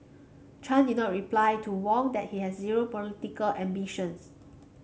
Chan did not reply to Wong that he has zero political ambitions